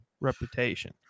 reputation